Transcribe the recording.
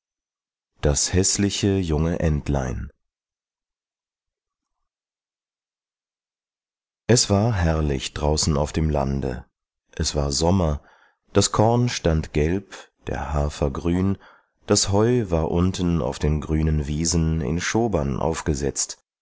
das häßliche junge entlein es war herrlich draußen auf dem lande es war sommer das korn stand gelb der hafer grün das heu war unten auf den grünen wiesen in schobern aufgesetzt